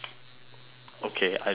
okay I I don't mind that